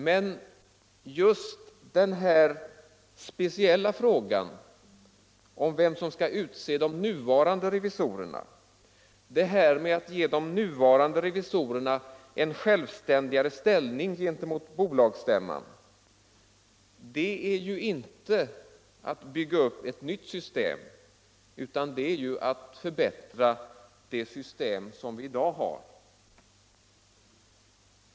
Men just den här frågan om vem som skall utse de nuvarande revisorerna och att ge dem en självständigare ställning gentemot bolagsstämman innebär ju inte att man bygger upp ett nytt system utan att man förbättrar det system som vi har i dag.